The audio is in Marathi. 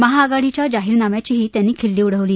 महाआघाडीच्या जाहिरनाम्याचीही त्यांनी खिल्ली उडवली